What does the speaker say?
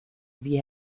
wie